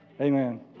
Amen